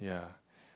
ya